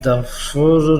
darfour